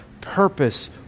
purpose